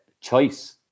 choice